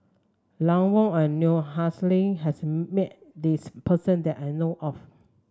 Ian Woo and Noor Aishah has met this person that I know of